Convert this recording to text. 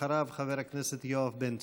אחריו, חבר הכנסת יואב בן צור.